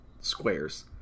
squares